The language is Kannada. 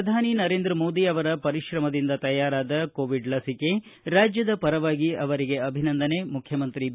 ಪ್ರಧಾನಿ ನರೇಂದ್ರ ಮೋದಿ ಅವರ ಪರಿಶ್ರಮದಿಂದ ತಯಾರಾದ ಲಸಿಕೆ ರಾಜ್ಯದ ಪರವಾಗಿ ಅವರಿಗೆ ಅಭಿನಂದನೆ ಮುಖ್ಯಮಂತ್ರಿ ಬಿ